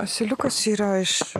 asiliukas yra iš